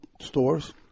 stores